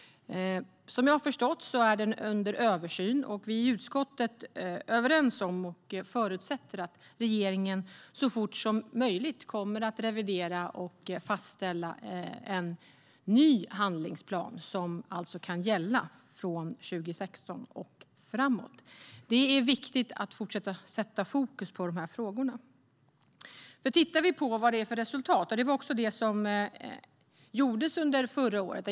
Som jag förstått det är den under översyn. Vi i utskottet är överens om och förutsätter att regeringen så fort som möjligt kommer att revidera och fastställa en ny handlingsplan som kan gälla från 2016 och framåt. Det är viktigt att fortsätta att sätta fokus på frågorna. Vi kan titta på vad det är för resultat. Det gjordes under förra året.